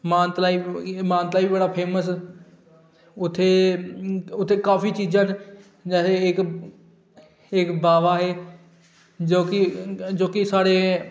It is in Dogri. मानतलाई बी बड़ा फेमस उत्थें काफी चीज़ां न इक्क इक्क बावा ऐ जो की जो की साढ़े